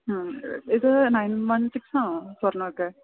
ആ ഇത് nine one സിക്സാണോ സ്വര്ണമൊക്കെ